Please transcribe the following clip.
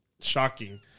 shocking